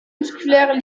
musculaires